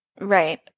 Right